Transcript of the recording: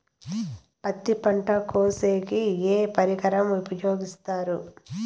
పత్తి పంట కోసేకి ఏ పరికరం ఉపయోగిస్తారు?